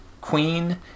Queen